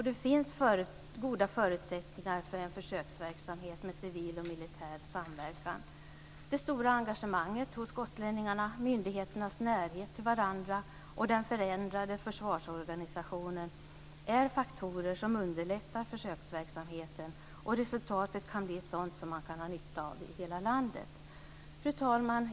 Det finns goda förutsättningar för en försöksverksamhet med civil och militär samverkan. Det stora engagemanget hos gotlänningarna, myndigheternas närhet till varandra och den förändrade försvarsorganisationen är faktorer som underlättar försöksverksamheten, och resultatet kan bli sådant som man kan ha nytta av i hela landet. Fru talman!